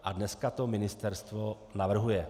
A dnes to ministerstvo navrhuje.